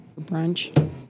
brunch